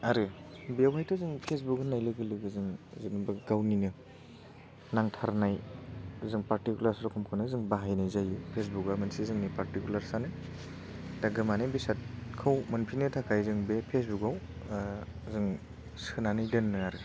आरो बेवहायथ' जों फेसबुक होननाय लोगो लोगो जों जेनेबा गावनिनो नांथारनाय जों पारटिकुलार जखमखौनो जों बाहायनाय जायो फेसबुकआ मोनसे जोंनि पारटिकुलारसआनो दा गोमानाय बेसादखौ मोनफिननो थाखाय जों बे फेसबुकआव जों सोनानै दोनो आरो